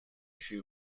shoe